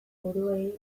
buruei